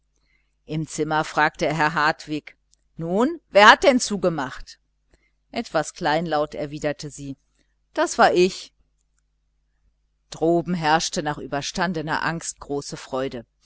im zimmer fragte herr hartwig nun wer hat denn zugemacht etwas kleinlaut erwiderte sie zugemacht habe ich droben herrschte nach überstandener angst große freude